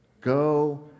Go